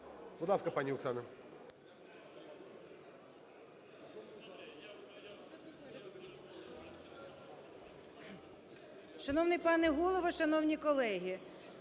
Будь ласка, пані Оксана.